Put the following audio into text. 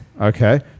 Okay